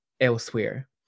elsewhere